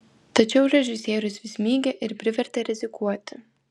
tačiau režisierius vis mygė ir privertė rizikuoti